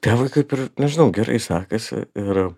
tėvui kaip ir nežinau gerai sekasi ir